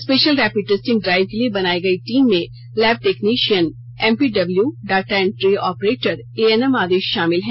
special rapid testing drive के लिए बनाई गई टीम में lab technician MPW data entry operator ANM आदि शामिल हैं